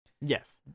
Yes